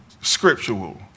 scriptural